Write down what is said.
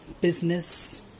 business